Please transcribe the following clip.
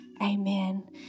Amen